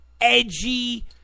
edgy